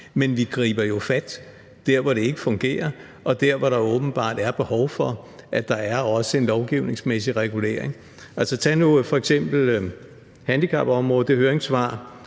Men vi griber jo fat der, hvor det ikke fungerer, og der, hvor der åbenbart er behov for, at der også er en lovgivningsmæssig regulering. Altså, tag nu f.eks. handicapområdet, hvor Danske